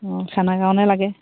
অঁ খানা কাৰণে লাগে